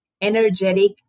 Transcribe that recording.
energetic